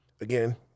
Again